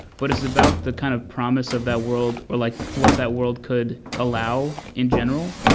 but it's about the kind of promise of that world or like what that world could allow in general.